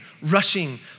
rushing